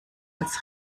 als